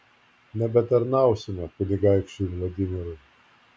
nebetarnausime kunigaikščiui vladimirui